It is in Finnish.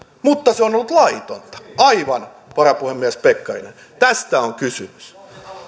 mutta se on ollut laitonta aivan varapuhemies pekkarinen tästä on kysymys